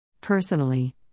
Personally